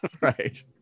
right